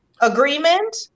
agreement